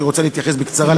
אני רוצה להתייחס בקצרה לשיח,